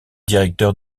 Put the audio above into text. directeur